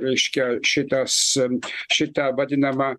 reiškia šitas šita vadinama